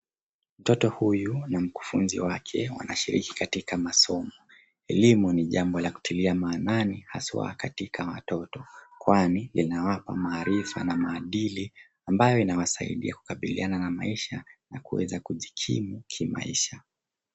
Mtoto huyu na mkufunzi wake wanashiriki katika masomo. Elimu ni jambo la kutilia maanani haswa katika watoto, kwani inawapa maarifa na maadili, ambayo inawasaidia kukabiliana na maisha, na kuweza kujikimu kimaisha.